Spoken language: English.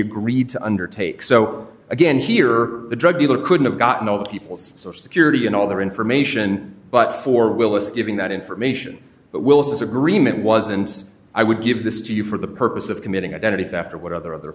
agreed to undertake so again here the drug dealer couldn't have gotten over people's social security and all their information but for willis giving that information but wilson's agreement wasn't i would give this to you for the purpose of committing identity theft or what other other